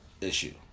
issue